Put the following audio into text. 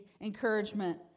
encouragement